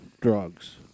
drugs